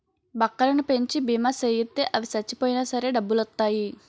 బక్కలను పెంచి బీమా సేయిత్తే అవి సచ్చిపోయినా సరే డబ్బులొత్తాయి